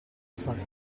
sacco